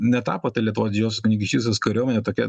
netapo ta lietuvos didžiosios kunigaikštystės kariuomenė tokia